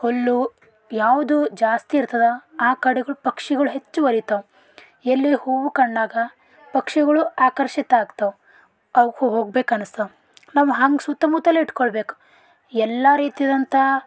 ಹುಲ್ಲು ಯಾವುದು ಜಾಸ್ತಿ ಇರ್ತದೆ ಆ ಕಡೆಗಳು ಪಕ್ಷಿಗಳು ಹೆಚ್ಚು ಒಲಿತವೆ ಎಲ್ಲಿ ಹೂವು ಕಂಡಾಗ ಪಕ್ಷಿಗಳು ಆಕರ್ಷಿತ ಆಗ್ತವೆ ಅವಕ್ಕೆ ಹೋಗ್ಬೇಕನಸ್ತವೆ ನಾವು ಹಾಂಗೆ ಸುತ್ತಮುತ್ತಲು ಇಟ್ಟುಕೊಳ್ಬೇಕು ಎಲ್ಲ ರೀತಿಯಾದಂಥ